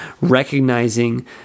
recognizing